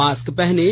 mask पहनें